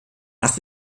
nach